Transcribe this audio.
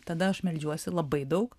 tada aš meldžiuosi labai daug